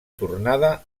tornada